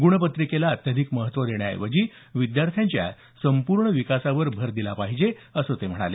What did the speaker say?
गुणपत्रिकेला अत्यधिक महत्त्व देण्याऐवजी विद्यार्थ्याच्या संपूर्ण विकासावर भर दिला पाहिजे असं ते म्हणाले